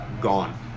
gone